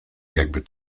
jakby